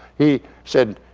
he said,